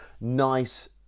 nice